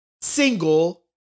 single